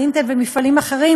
ו"אינטל" ומפעלים אחרים,